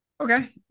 Okay